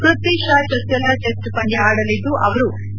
ಪ್ಪಥ್ಲಿ ಶಾ ಚೊಚ್ಚಲ ಟಿಸ್ಟ್ ಪಂದ್ಯ ಆಡಲಿದ್ದು ಅವರು ಕೆ